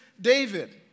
David